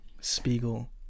Spiegel